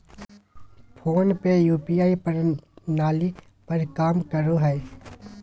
phone पे UPI प्रणाली पर काम करो हय